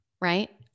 right